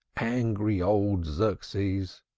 angry old xerxes!